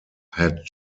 had